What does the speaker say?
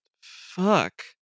Fuck